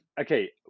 okay